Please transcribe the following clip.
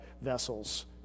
vessels